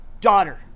daughter